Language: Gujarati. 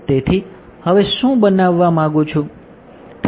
તેથી હવે હું શું બનાવવા માંગુ છું